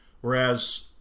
Whereas